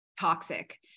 toxic